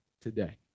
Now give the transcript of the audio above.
today